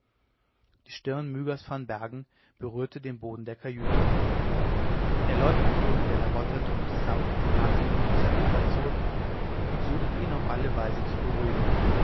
die stirne mygas van bergen berührte den boden der kajüte der leutnant della rota drückte sanft den wahnsinnigen auf sein lager zurück und suchte ihn auf alle weise zu beruhigen